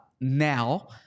Now